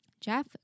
Jeff